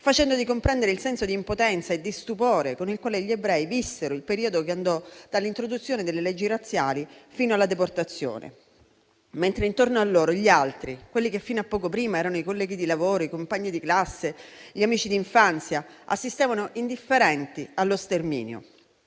facendoti comprendere il senso di impotenza e di stupore con il quale gli ebrei vissero il periodo che andò dall'introduzione delle leggi razziali fino alla deportazione, mentre intorno a loro gli altri, quelli che fino a poco tempo prima erano i colleghi di lavoro, i compagni di classe, gli amici d'infanzia, assistevano indifferenti allo sterminio.